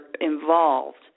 involved